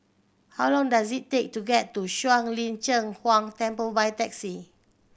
how long does it take to get to Shuang Lin Cheng Huang Temple by taxi